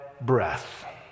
breath